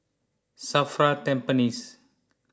Safra Tampines